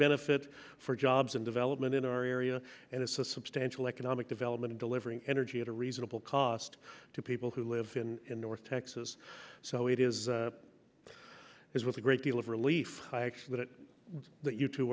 benefit for jobs and development in our area and it's a substantial economic development delivering energy at a reasonable cost to people who live in north texas so it is it is with a great deal of relief that